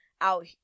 out